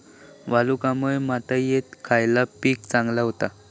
वालुकामय मातयेत खयला पीक चांगला होता?